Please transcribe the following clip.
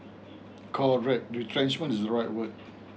correct retrenchment is the right word